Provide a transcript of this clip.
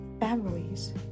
families